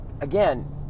Again